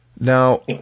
Now